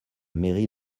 mairie